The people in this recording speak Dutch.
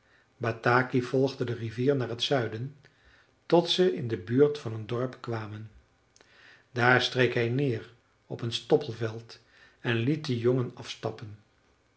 bataki volgde de rivier naar t zuiden tot ze in de buurt van een dorp kwamen daar streek hij neer op een stoppelveld en liet den jongen afstappen